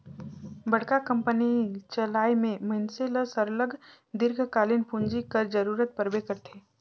बड़का कंपनी चलाए में मइनसे ल सरलग दीर्घकालीन पूंजी कर जरूरत परबे करथे